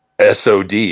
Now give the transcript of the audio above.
SOD